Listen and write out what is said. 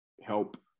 help